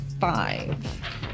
five